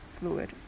fluid